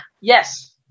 Yes